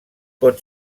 pot